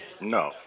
No